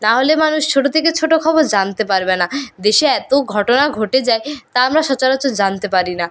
নাহলে মানুষ ছোটো থেকে ছোটো খবর জানতে পারবে না দেশে এতো ঘটনা ঘটে যায় তা আমরা সচরাচর জানতে পারি না